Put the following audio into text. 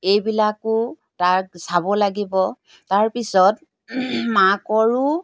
এইবিলাকো তাক চাব লাগিব তাৰপিছত মাকৰো